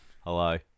Hello